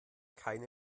keine